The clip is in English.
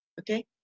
Okay